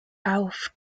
auf